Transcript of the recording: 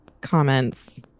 comments